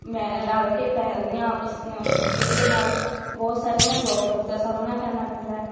ਮੈਂ ਰਲ ਕੇ ਫੈਲਦੀਆਂ ਆਪਸ ਜਿਸ ਦੇ ਨਾਲ ਬਹੁਤ ਸਾਰੀਆਂ ਪ੍ਰੋਬਲਮਜ਼ ਦਾ ਸਾਹਮਣਾ ਕਰਨਾ ਪੈਂਦਾ ਹੈ